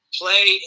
play